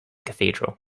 cathedral